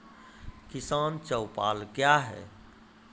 किसान चौपाल क्या हैं?